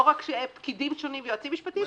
לא רק פקידים שונים ויועצים שונים.